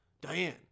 diane